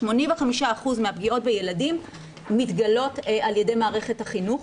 85% מהפגיעות בילדים מתגלות על ידי מערכת החינוך,